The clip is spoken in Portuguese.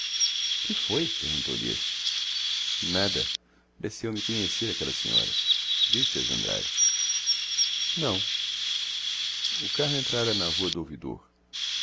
que foi perguntou-lhe este nada pareceu-me conhecer aquelas senhoras viste as andrade não o carro entrara na rua do ouvidor